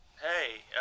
Hey